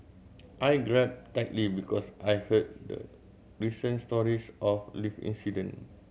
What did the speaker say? I grabbed tightly because I heard the recent stories of lift incident